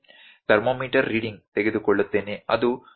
thermometer reading ತೆಗೆದುಕೊಳ್ಳುತ್ತೇನೆ ಅದು 102